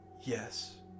Yes